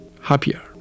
happier